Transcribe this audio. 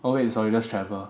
oh wait sorry that's Trevor